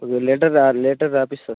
కొద్దిగా లెటర్ రా లెటర్ రాయిస్తాను సార్